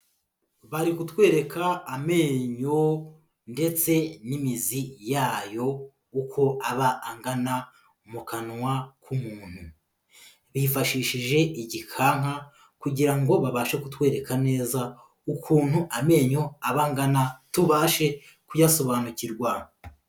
Bari kutwereka amenyo ndetse n'imizi yayo uko aba angana mu kanwa k'umuntu, bifashishije igikanka kugira ngo babashe kutwereka neza ukuntu amenyo aba angana, tubashe kuyasobanukirwa.